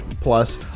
plus